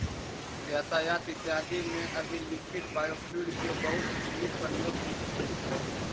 यातायात इत्यादि में अभी लिक्विड बायोफ्यूल के बहुत सीमित प्रयोग ही होइत हई